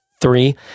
three